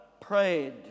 prayed